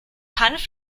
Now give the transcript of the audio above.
hanf